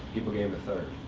people gave him a third.